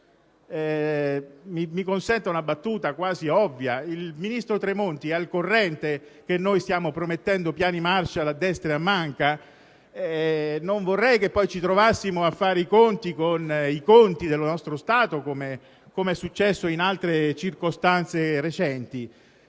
Mi consenta una battuta quasi ovvia. Il ministro Tremonti è al corrente che stiamo promettendo piani Marshall a destra e a manca? Non vorrei che poi ci trovassimo a fare i conti con i conti del nostro Stato, come è successo in altre circostanze recenti.